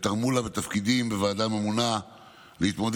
ותרמו לה בתפקידם בוועדה הממונה להתמודד